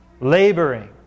laboring